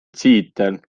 tiitel